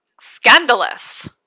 scandalous